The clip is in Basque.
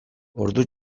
ordu